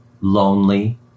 lonely